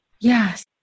Yes